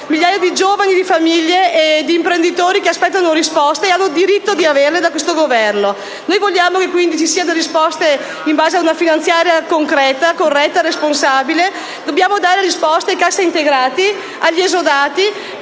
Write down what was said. migliaia di giovani, di famiglie e di imprenditori che aspettano risposte e hanno diritto di averle da questo Governo. Noi vogliamo quindi che ci siano risposte in base a una finanziaria concreta, corretta e responsabile. Dobbiamo dare risposte ai cassintegrati e agli esodati